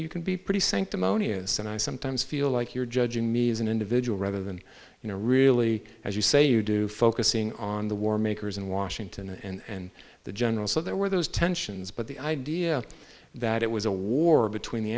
you can be pretty sanctimonious and i sometimes feel like you're judging me as an individual rather than you know really as you say you do focusing on the war makers in washington and the general so there were those tensions but the idea that it was a war between the